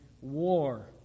war